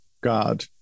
God